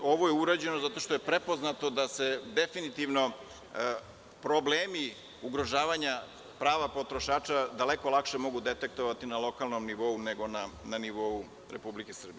Ovo je urađeno zato što je prepoznato da se definitivno problemi ugrožavanja prava potrošača daleko lakše mogu detektovati na lokalnom nivou, nego na nivou Republike Srbije.